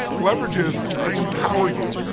leverage is i empower you.